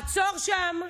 עצור שם.